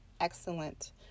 excellent